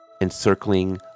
encircling